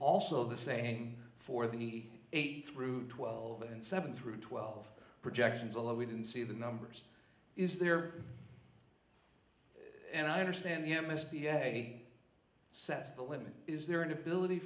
also the same for the e eight through twelve and seven through twelve projections alone we didn't see the numbers is there and i understand him his p s a sets the limit is there an ability